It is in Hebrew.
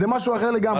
זה משהו אחר לגמרי.